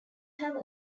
have